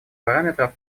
параметров